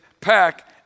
pack